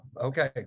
okay